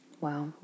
Wow